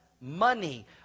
money